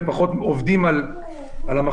זאת אומרת,